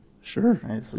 Sure